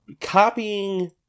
copying